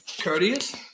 courteous